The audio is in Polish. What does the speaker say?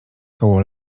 koło